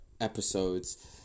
episodes